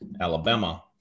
Alabama